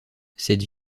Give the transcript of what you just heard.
cette